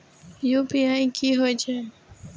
UPI की होई छै?